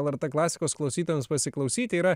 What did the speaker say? lrt klasikos klausytojams pasiklausyti yra